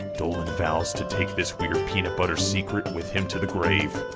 dolan vows to take this weird peanut butter secret with him to the grave.